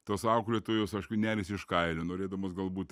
tos auklėtojos aišku neriasi iš kailio norėdamos galbūt